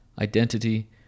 identity